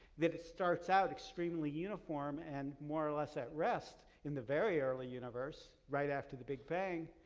that starts out extremely uniform and more or less at rest in the very early universe, right after the big bang.